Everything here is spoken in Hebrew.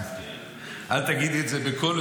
אל תגידי את זה בקול,